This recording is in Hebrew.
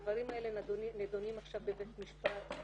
הדברים האלה נדונים עכשיו בבית משפט.